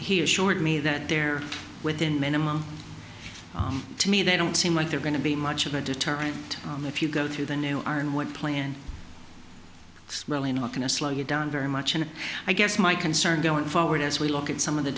he assured me that they're within minimum to me they don't seem like they're going to be much of a deterrent if you go through the new are and what plan is really not going to slow you down very much and i guess my concern going forward as we look at some of the